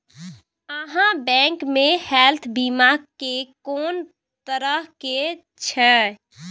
आहाँ बैंक मे हेल्थ बीमा के कोन तरह के छै?